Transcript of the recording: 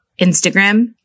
Instagram